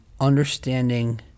understanding